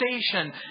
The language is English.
Station